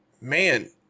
man